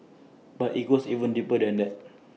but IT goes even deeper than that